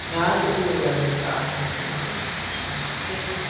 আচ্ছা ঠিক আছে আপনি তাহলে আসুন আসুন আসুন সমস্যা নেই ঠিক